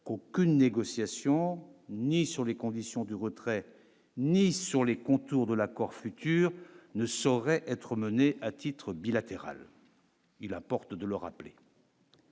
aucune négociation ni sur les conditions du retrait, ni sur les contours de l'accord futur ne saurait être mené à titre bilatéral. Il importe de le rappeler.